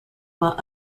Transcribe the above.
while